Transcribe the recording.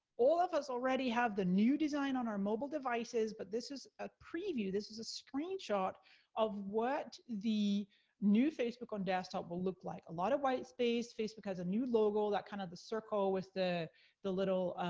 all of us already have the new design on our mobile devices, but this is a preview, this is a screenshot of what the new facebook on desktop will look like. a lot of white space, facebook has a new logo, that kind of a circle with the the little,